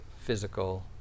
physical